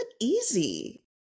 easy